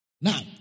Now